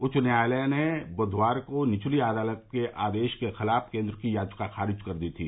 उच्च न्यायालय ने बुधवार को निचली अदालत के आदेश के खिलाफ केन्द्र की याचिका खारिज कर दी थी